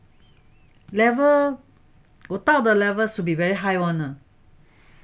level 我到的 level should be very high [one] lah